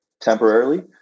temporarily